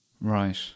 Right